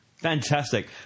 Fantastic